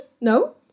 No